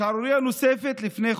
שערורייה נוספת, לפני חודש,